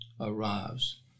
arrives